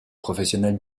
professionnelle